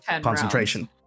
concentration